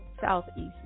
Southeast